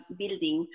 building